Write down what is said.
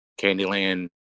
Candyland